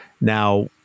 Now